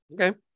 okay